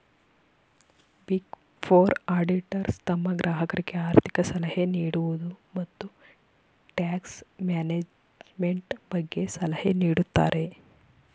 big four auditors ತಮ್ಮ ಗ್ರಾಹಕರಿಗೆ ಆರ್ಥಿಕ ಸಲಹೆ ನೀಡುವುದು, ಮತ್ತು ಟ್ಯಾಕ್ಸ್ ಮ್ಯಾನೇಜ್ಮೆಂಟ್ ಬಗ್ಗೆ ಸಲಹೆ ನೀಡುತ್ತಾರೆ